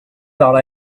thought